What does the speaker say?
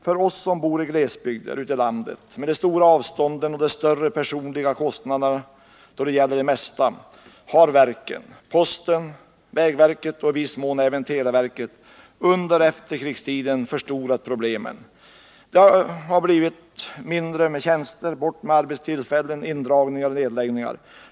För oss som bor i glesbygder, ute i landet med de stora avstånden och de stora personliga kostnaderna då det gäller det mesta, har verken — posten och vägverket och i viss mån även televerket — under efterkrigstiden förstorat problemen. Det har blivit färre tjänster, färre arbetstillfällen, indragningar och nedläggningar.